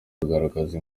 kugaragaza